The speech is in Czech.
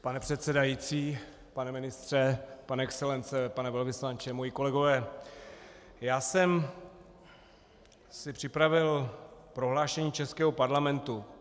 Pane předsedající, pane ministře, pane excelence, pane velvyslanče, moji kolegové, já jsem si připravil prohlášení českého parlamentu.